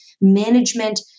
management